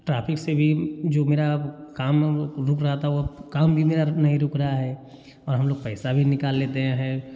traffic से भी जो मेरा काम वाम रुक रहा था वो अब काम भी मेरा नहीं रुक रहा है और हम लोग पैसा भी निकाल लेते हैं